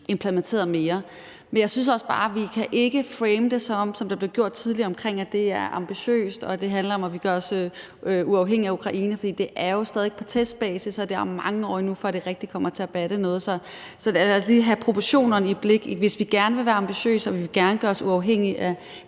implementeret mere. Men jeg synes også bare, at vi ikke, som det blev gjort tidligere, kan frame det, som om det er ambitiøst og handler om, at vi gør os uafhængige af russisk gas, for det er jo stadig på testbasis, og det varer mange år endnu, før det rigtig kommer til at batte noget. Så lad os lige have proportionerne for øje. Hvis vi gerne vil være ambitiøse og gerne vil gøre os uafhængige af